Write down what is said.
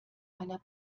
einer